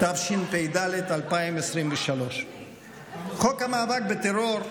התשפ"ד 2023. חוק המאבק בטרור,